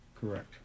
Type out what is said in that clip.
Correct